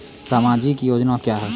समाजिक योजना क्या हैं?